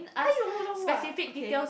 I don't know what okay